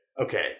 okay